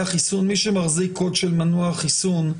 החיסון מי שמחזיק קוד של מנוע חיסון,